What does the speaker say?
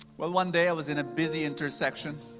well, one day i was in a busy intersection,